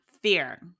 fear